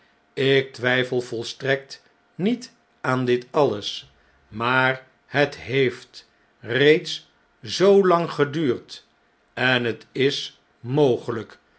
ik twijfel volstrekt niet aan dit alles maar het heeft reeds zoolang geduurd en het is mogelijk